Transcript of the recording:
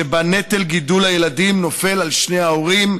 שבה נטל גידול הילדים נופל על שני ההורים,